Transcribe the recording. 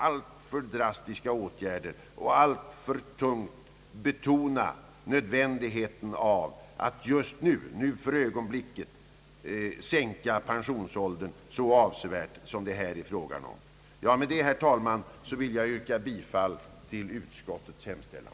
Jag anser inte att det finns skäl att alltför hårt betona nödvändigheten av att pensionsåldern omedelbart skall sänkas så avsevärt som det här är fråga om. Med det anförda ber jag, herr talman, att få yrka bifall till utskottets hemställan.